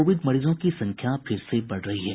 Covid मरीजों की संख्या फिर से बढ़ रही है